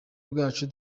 bwacu